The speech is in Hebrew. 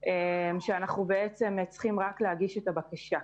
שאנחנו צריכים רק להגיש את הבקשה.